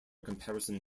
comparison